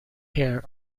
hair